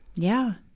yeah.